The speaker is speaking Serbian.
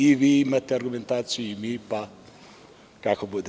I vi imate argumentaciju i mi, pa kako bude.